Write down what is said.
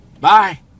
Bye